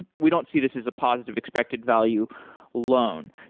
and we don't see this as a positive expected value loan.